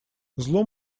зло